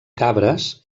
cabres